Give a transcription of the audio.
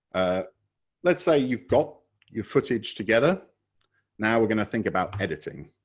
ah let's say you've got your footage together now we're going to think about editing.